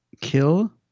kill